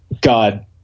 God